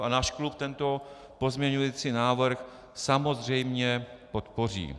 A náš klub tento pozměňující návrh samozřejmě podpoří.